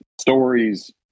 stories